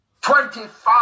Twenty-five